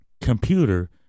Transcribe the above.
Computer